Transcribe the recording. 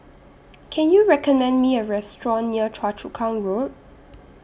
Can YOU recommend Me A Restaurant near Choa Chu Kang Road